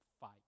fight